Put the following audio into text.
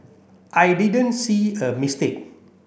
I didn't see a mistake